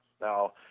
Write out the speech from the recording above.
Now